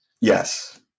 Yes